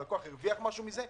האם הלקוח הרוויח משהו מזה?